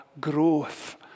Growth